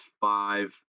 five